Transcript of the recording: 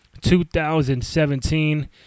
2017